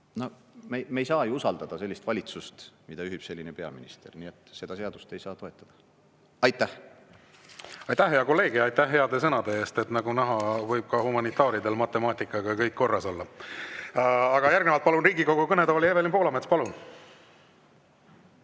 Me ei saa ju usaldada sellist valitsust, mida juhib selline peaminister. Nii et seda seadust ei saa toetada. Aitäh! Aitäh, hea kolleeg! Aitäh heade sõnade eest! Nagu näha, võib ka humanitaaridel matemaatikaga kõik korras olla. Aga järgnevalt palun Riigikogu kõnetooli Evelin Poolametsa. Palun!